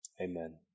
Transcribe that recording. Amen